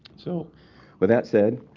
so with that said,